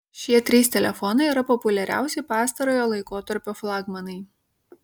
šie trys telefonai yra populiariausi pastarojo laikotarpio flagmanai